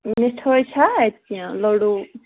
مِٹھٲے چھا اَتہِ کیٚنہہ لڈوٗ